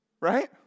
Right